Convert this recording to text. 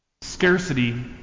Scarcity